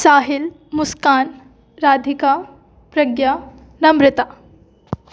Sahil Muskan Radhika Pragya Namrata